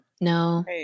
No